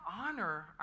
honor